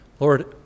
Lord